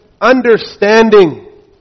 understanding